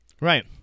Right